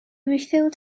refilled